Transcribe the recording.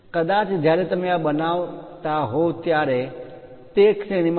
કદાચ જ્યારે તમે આ બનાવતા હોવ ત્યારે તે શ્રેણી 25